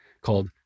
called